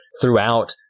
throughout